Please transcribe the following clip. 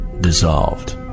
dissolved